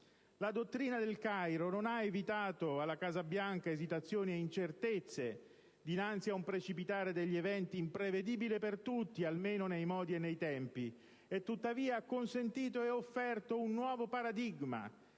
La dottrina del Cairo non ha evitato alla Casa Bianca esitazioni ed incertezze dinanzi al precipitare degli eventi, imprevedibile per tutti, almeno nei modi e nei tempi; tuttavia, ha consentito ed offerto un nuovo paradigma